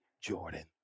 Jordan